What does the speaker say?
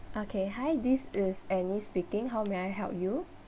okay hi this is anni speaking how may I help you